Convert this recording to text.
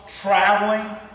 traveling